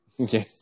Okay